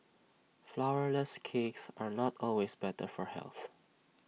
Flourless Cakes are not always better for health